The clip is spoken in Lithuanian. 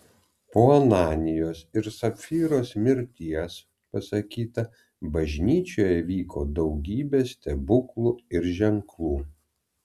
po ananijos ir sapfyros mirties pasakyta bažnyčioje vyko daugybė stebuklų ir ženklų